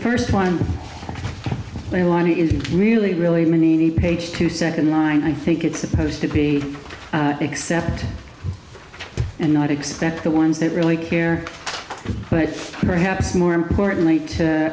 first one we want is really really many page two second line i think it's supposed to be except and not expect the ones that really care but perhaps more importantly to